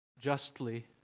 justly